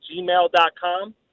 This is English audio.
gmail.com